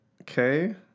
okay